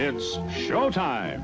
it's show time